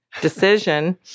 decision